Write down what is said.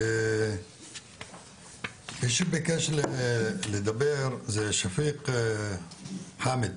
מי שביקש לדבר זה שפיק חאמד,